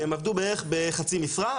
הם עבדו בערך בחצי משרה,